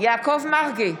יעקב מרגי,